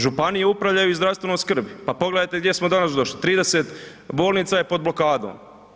Županije upravljaju zdravstvenom skrbi, pa pogledajte gdje smo danas došli, 30 bolnica je pod blokadom.